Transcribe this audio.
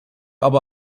aber